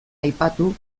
aipatu